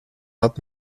had